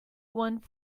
one